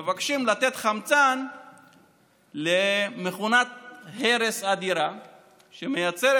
מבקשים לתת חמצן למכונת הרס אדירה שמייצרת